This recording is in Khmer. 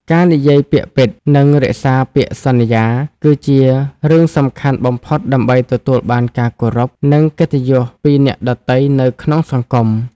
ការនិយាយពាក្យពិត និងរក្សាពាក្យសន្យា គឺជារឿងសំខាន់បំផុតដើម្បីទទួលបានការគោរព និងកិត្តិយសពីអ្នកដទៃនៅក្នុងសង្គម។